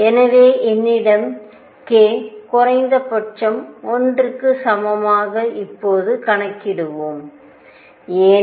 எனவே என்னிடம் k குறைந்தபட்சம் 1 க்கு சமமாக இப்போது கணக்கிடுவோம் ஏன்